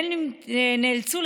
הם נאלצו,